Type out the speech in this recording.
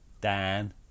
Dan